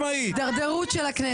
הידרדרות של הכנסת.